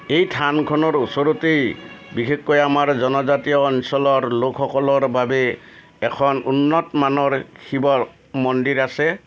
এই থানখনৰ ওচৰতেই বিশেষকৈ আমাৰ জনজাতীয় অঞ্চলৰ লোকসকলৰ বাবে এখন উন্নত মানৰ শিৱৰ মন্দিৰ আছে